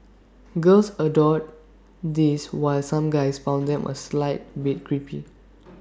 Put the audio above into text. girls adored these while some guys found them A slight bit creepy